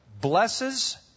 blesses